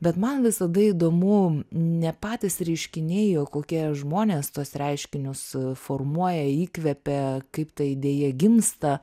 bet man visada įdomu ne patys reiškiniai kokie žmonės tuos reiškinius formuoja įkvepia kaip ta idėja gimsta